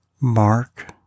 Mark